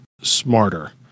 smarter